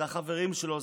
זה החברים שלו,